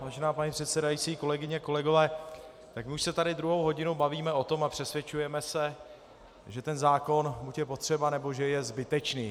Vážená paní předsedající, kolegyně, kolegové, my už se tady druhou hodinu bavíme o tom a přesvědčujeme se, že ten zákon buď je potřeba, anebo že je zbytečný.